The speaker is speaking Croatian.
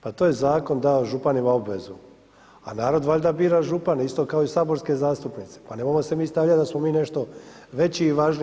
Pa to je zakon dao županima obavezu, a narod valjda bira župana, isto kao i saborske zastupnice, pa ne možemo se mi stavljati da smo mi nešto veći i važniji.